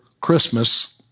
Christmas